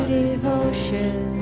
devotion